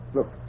Look